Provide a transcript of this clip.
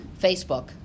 Facebook